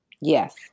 Yes